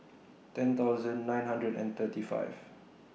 ten thousand nine hundred and thirty five